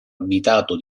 abitato